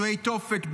עינויי תופת,